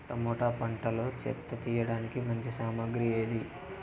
Tomato పంటలో చెత్త తీయడానికి మంచి సామగ్రి ఏది?